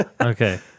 Okay